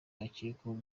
akekwaho